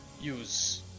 use